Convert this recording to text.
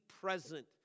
present